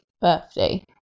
birthday